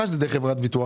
זה לא חברת ביטוח.